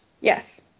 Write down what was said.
Yes